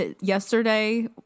Yesterday